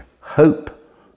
hope